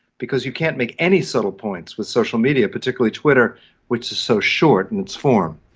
because you can't make any subtle points with social media, particularly twitter which is so short in its form.